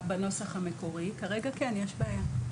כרגע כן, יש בעיה.